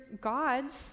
God's